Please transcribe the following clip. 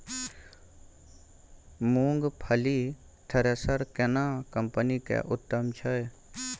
मूंगफली थ्रेसर केना कम्पनी के उत्तम छै?